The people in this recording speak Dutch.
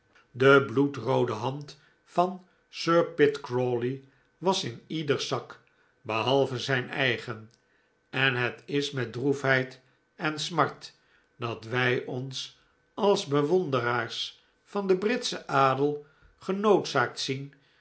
de bloedroode hand van sir pitt crawley was in ieders zak behalve zijn eigen en het is met droefheid en smart dat wij ons als bewonderaars van den britschen adel genoodzaakt zien